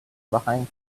behind